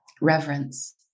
Reverence